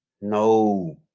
no